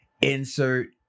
insert